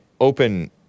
open